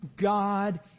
God